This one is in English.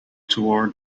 toward